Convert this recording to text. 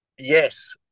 Yes